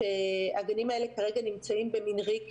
הגנים האלה כרגע נמצאים במין ריק,